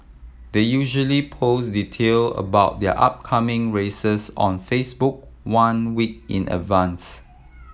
they usually post detail about their upcoming races on Facebook one week in advance